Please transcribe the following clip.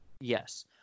Yes